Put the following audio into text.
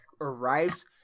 arrives